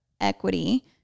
equity